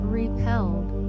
repelled